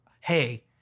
hey